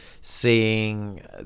seeing